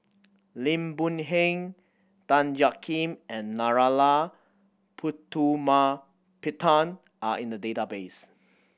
Lim Boon Heng Tan Jiak Kim and Narana Putumaippittan are in the database